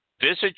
visit